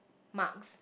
marks